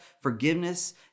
forgiveness